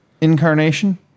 incarnation